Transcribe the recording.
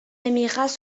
émirats